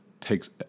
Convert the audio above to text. takes